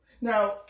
Now